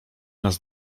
nas